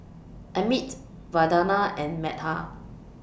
Amit Vandana and Medha